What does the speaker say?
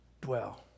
dwell